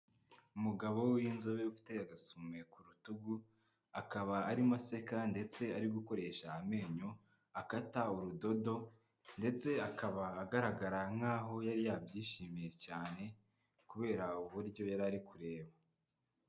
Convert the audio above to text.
Umugabo w'inzobe ufite agasume ku rutugu, akaba arimo aseka ndetse ari gukoresha amenyo akata urudodo, ndetse akaba agaragara nk'aho yari yabyishimiye cyane kubera uburyo yari ari kureba.